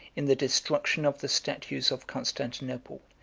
in the destruction of the statues of constantinople,